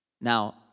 Now